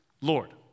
Lord